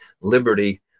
liberty